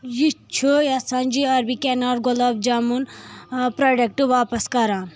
یہِ چھُ یژھان جی آر بی کینار گۄلاب جامُن پروڈیکٹ واپَس کران